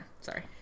sorry